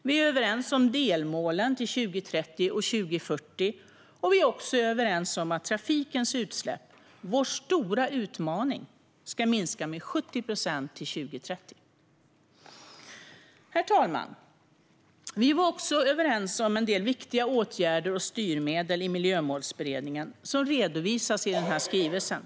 Vi är överens om delmålen till 2030 och 2040, och vi är också överens om att trafikens utsläpp, vår stora utmaning, ska minska med 70 procent till 2030. Herr talman! Vi var också överens i Miljömålsberedningen om en del viktiga åtgärder och styrmedel som redovisas i den här skrivelsen.